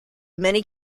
many